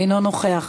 אינו נוכח.